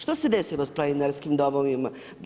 Što se desilo s planinarskim domovima?